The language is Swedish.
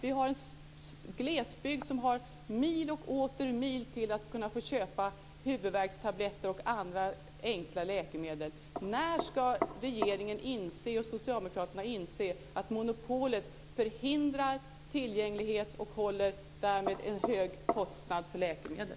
Vi har en glesbygd där man har mil och åter mil till att kunna få köpa huvudvärkstabletter och andra enkla läkemedel.